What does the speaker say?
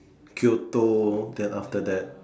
Kyoto then after that